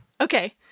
Okay